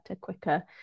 quicker